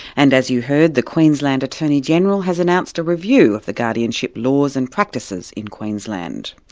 and as you heard, the queensland attorney-general has announced a review of the guardianship laws and practices in queensland.